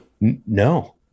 No